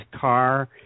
car